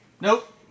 Nope